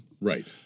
Right